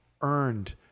earned